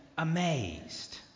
amazed